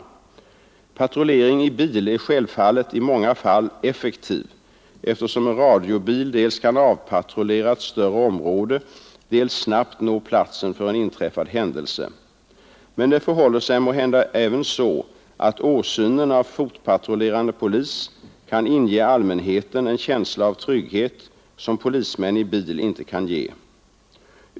Patrullering i bil är självfallet i många fall effektiv, eftersom en radiobil dels kan avpatrullera ett större område, dels snabbt nå platsen för en inträffad händelse. Men det förhåller sig måhända även så, att åsynen av fotpatrullerande polis kan inge allmänheten en känsla av trygghet som polismän i bil inte kan.